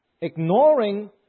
ignoring